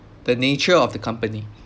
the nature of the company